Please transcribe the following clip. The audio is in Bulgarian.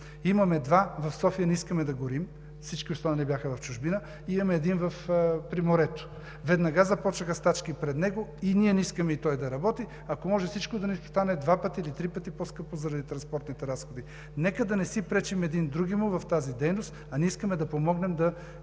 Имаме два, в София не искаме да горим, всички останали бяха в чужбина, имаме един при морето. Веднага започнаха стачки пред него – ние не искаме и той да работи. Ако може, всичко да ни стане два пъти или три пъти по-скъпо заради транспортните разходи. Нека да не си пречим един другиму в тази дейност. А ние искаме да помогнем да